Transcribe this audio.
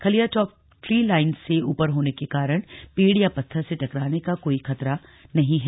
Khaliya Top tree line से ऊपर होने के कारण पेड़ या पत्थर से टकराने का कोई खतरा नहीं है